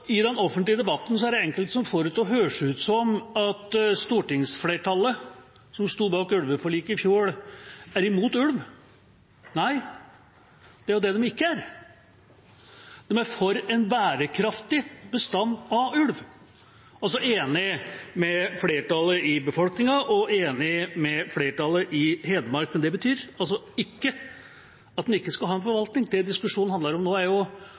I den offentlige debatten er det enkelte som får det til å høres ut som at stortingsflertallet som sto bak ulveforliket i fjor, er imot ulv. Nei, det er jo det de ikke er – de er for en bærekraftig bestand av ulv. De er altså enig med flertallet i befolkningen og enig med flertallet i Hedmark. Men det betyr ikke at en ikke skal ha en forvaltning. Det diskusjonen handler om nå, er: